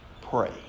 pray